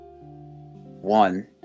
One